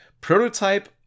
Prototype